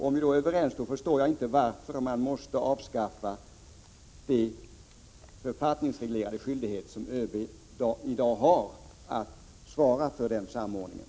Om vi är överens om detta förstår jag inte varför man måste avskaffa de författningsreglerade skyldigheter som ÖB i dag har att svara för samordningen.